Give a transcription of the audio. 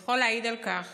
יכול להעיד על כך